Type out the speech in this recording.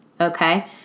okay